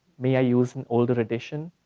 may i use an older edition?